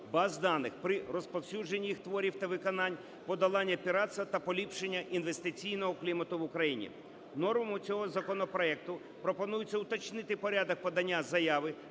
баз даних при розповсюдженні їх творів та виконань, подолання піратства та поліпшення інвестиційного клімату в Україні. Нормами цього законопроекту пропонується уточнити порядок подання заяви